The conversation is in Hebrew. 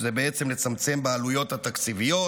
שזה בעצם לצמצם בעלויות התקציביות,